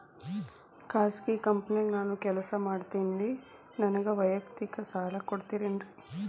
ಖಾಸಗಿ ಕಂಪನ್ಯಾಗ ನಾನು ಕೆಲಸ ಮಾಡ್ತೇನ್ರಿ, ನನಗ ವೈಯಕ್ತಿಕ ಸಾಲ ಕೊಡ್ತೇರೇನ್ರಿ?